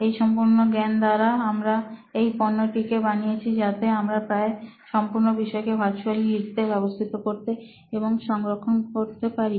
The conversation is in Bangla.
এই সম্পূর্ণ জ্ঞান দ্বারা আমরা এই পণ্যটি কে বানিয়েছি যাতে আমরা প্রায় সম্পূর্ণ বিষয়কে ভার্চুয়ালি লিখতে ব্যবস্থিত করতে এবং সংরক্ষণ করতে পারি